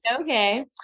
okay